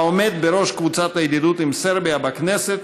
העומד בראש קבוצת הידידות עם סרביה בכנסת,